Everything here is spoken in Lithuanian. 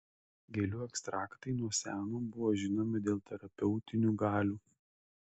gėlių ekstraktai nuo seno buvo žinomi dėl terapeutinių galių